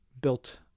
built